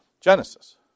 Genesis